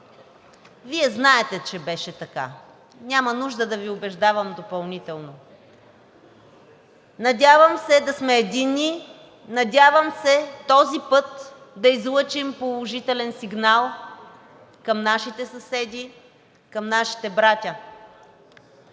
Вие знаете, че беше така. Няма нужда да Ви убеждавам допълнително. Надявам се да сме единни. Надявам се този път да излъчим положителен сигнал към нашите съседи, към нашите братя.